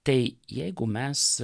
tai jeigu mes